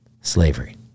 slavery